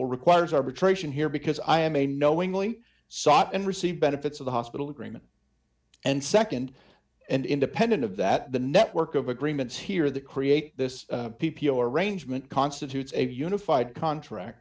l requires arbitration here because i am a knowingly sought and received benefits of the hospital agreement and nd and independent of that the network of agreements here that create this p p o arrangement constitutes a unified contract